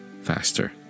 faster